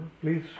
please